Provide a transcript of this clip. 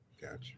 Gotcha